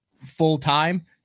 full-time